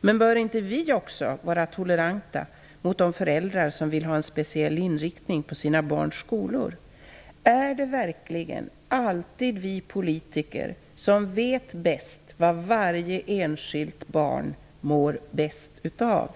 Men bör inte vi också vara toleranta mot de föräldrar som vill ha en speciell inriktning på sina barns skolor? Är det verkligen alltid vi politiker som vet bäst vad varje enskilt barn mår bäst av?